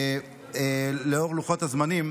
לאור לוחות הזמנים,